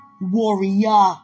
warrior